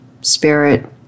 spirit